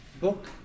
book